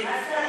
הסתה,